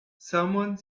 someone